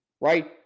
right